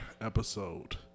episode